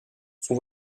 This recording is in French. son